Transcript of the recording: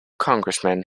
congressmen